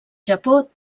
japó